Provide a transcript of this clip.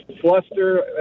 fluster